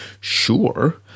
sure